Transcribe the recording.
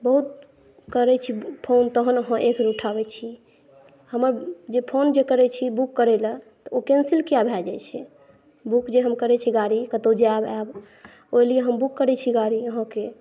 बहुत करै छी फ़ोन तहन अहाँ एक बेर उठाबै छी हमर जे फ़ोन जे करै छी बुक करय लए तऽ ओ कैन्सिल किया भए जाइ छै बुक जे हम करै छी गाड़ी कतौ जायब आयब ओहि लिये हम बुक करै छी गाड़ी अहाँके